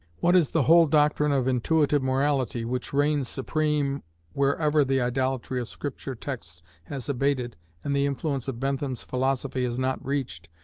what is the whole doctrine of intuitive morality, which reigns supreme wherever the idolatry of scripture texts has abated and the influence of bentham's philosophy has not reached,